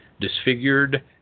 disfigured